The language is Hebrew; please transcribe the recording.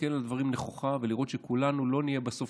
להסתכל על הדברים נכוחה ולראות שכולנו לא נהיה בסוף